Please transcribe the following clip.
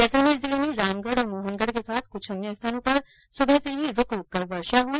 जैसलमेर जिले में रामगढ और मोहनगढ के साथ कृछ अन्य स्थानों पर सुबह से ही रूकरूककर वर्षा हुई